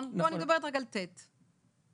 אני מדברת רק על תקנת משנה (ט),